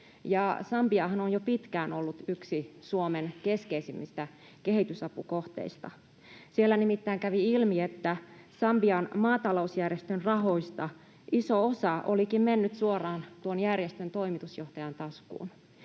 Sambiahan on jo pitkään ollut yksi Suomen keskeisimmistä kehitysapukohteista. Siellä nimittäin kävi ilmi, että Sambian maatalousjärjestön rahoista iso osa olikin mennyt suoraan tuon järjestön toimitusjohtajan taskuun.